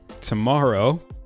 tomorrow